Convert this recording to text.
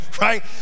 right